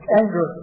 anger